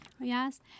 Yes